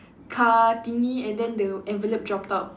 car thingy and then the envelope dropped out